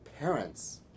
Parents